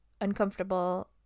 uncomfortable